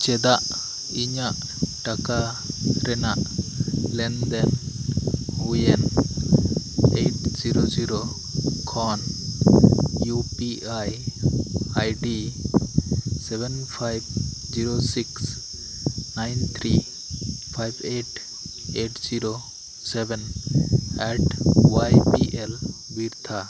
ᱪᱮᱫᱟᱜ ᱤᱧᱟᱹᱜ ᱴᱟᱠᱟ ᱨᱮᱱᱟᱜ ᱞᱮᱱᱫᱮᱱ ᱦᱩᱭᱮᱱᱟ ᱮᱭᱤᱴ ᱡᱤᱨᱳ ᱡᱤᱨᱳ ᱠᱷᱚᱱ U P I I D seven five zero six nine three five eight eight zero seven eight Y B L ᱵᱤᱨᱛᱷᱟ